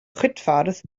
chwitffordd